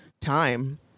time